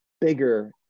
bigger